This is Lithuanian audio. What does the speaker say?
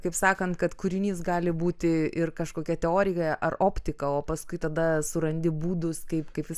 kaip sakant kad kūrinys gali būti ir kažkokia teorija ar optika o paskui tada surandi būdus kaip kaip visa